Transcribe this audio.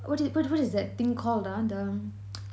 uh wha~ what what is that thing called ah the